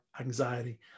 anxiety